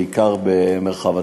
בעיקר במרחב התפר.